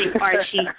Archie